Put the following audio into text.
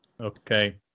okay